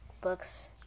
books